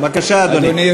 בבקשה, אדוני.